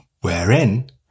Wherein